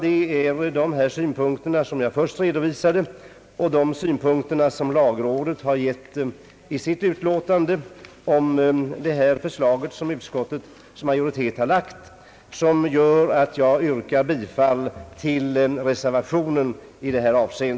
Det är de synpunkter som jag först redovisade och de synpunkter som lagrådet gett i sitt utlåtande som gör att jag yrkar bifall till reservationen.